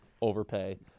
overpay